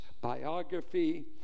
biography